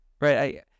right